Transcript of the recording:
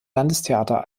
landestheater